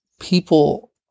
people